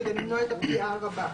כדי למנוע ה"פגיעה רבה"